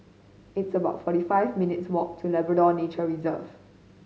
it's about forty five minutes' walk to Labrador Nature Reserve